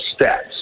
steps